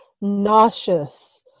nauseous